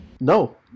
No